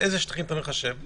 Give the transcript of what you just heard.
ואיזה שטחים אתה מחשב,